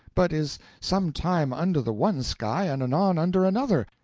but is some time under the one sky and anon under another,